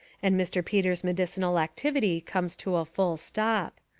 and mr. peters' medicinal activity comes to a full stop.